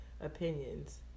opinions